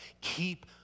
Keep